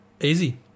easy